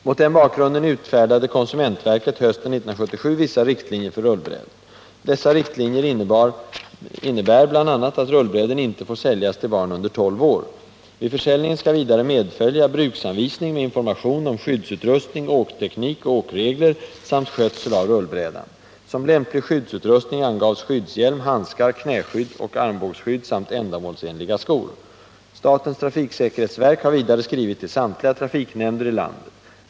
Mot den bakgrunden utfärdade konsumentverket hösten 1977 vissa riktlinjer för rullbräden. Dessa riktlinjer innebär bl.a. att rullbräden inte får säljas till barn under 12 år. Vid försäljningen skall vidare medfölja bruksanvisning med information om skyddsutrustning, åkteknik och åkregler samt skötsel av rullbrädan. Som lämplig skyddsutrustning angavs skyddshjälm, handskar, knäskydd och armbågsskydd samt ändamålsenliga skor. Statens trafiksäkerhetsverk har vidare skrivit till samtliga trafiknämnder i landet.